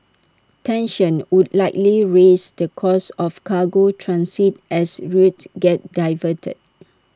tensions would likely raise the cost of cargo transit as routes get diverted